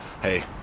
Hey